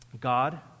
God